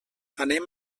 anem